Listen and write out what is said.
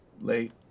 late